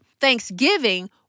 thanksgiving